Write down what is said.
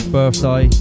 birthday